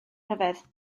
rhyfedd